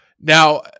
Now